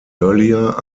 earlier